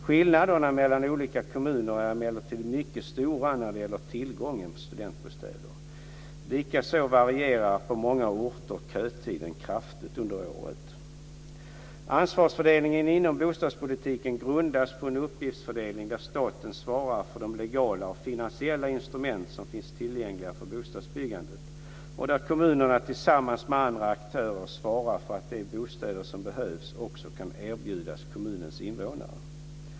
Skillnaderna mellan olika kommuner är emellertid mycket stora när det gäller tillgången på studentbostäder. Likaså varierar på många orter kötiden kraftigt under året. Ansvarsfördelningen inom bostadspolitiken grundas på en uppgiftsfördelning där staten svarar för att legala och finansiella instrument finns tillgängliga för bostadsbyggandet och där kommunerna tillsammans med andra aktörer svarar för att de bostäder som behövs också kan erbjudas kommunens invånare.